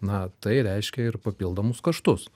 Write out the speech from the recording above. na tai reiškia ir papildomus kaštus